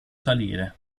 salire